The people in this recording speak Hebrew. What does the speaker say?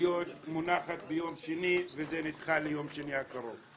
להיות מונחת ביום שני, וזה נדחה ליום שני הקרוב.